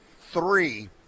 three